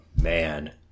man